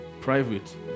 private